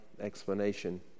explanation